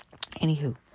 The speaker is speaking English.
Anywho